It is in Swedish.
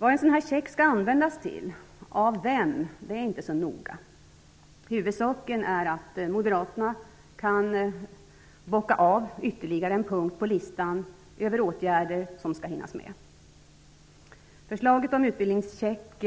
Vad denna check skall användas till och av vem är inte så noga, huvudsaken är att moderaterna kan bocka av ytterligare en punkt på listan över åtgärder som skall hinnas med. Förslaget om utbildningscheck